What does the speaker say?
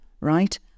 right